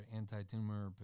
anti-tumor